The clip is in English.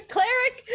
Cleric